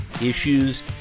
issues